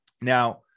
Now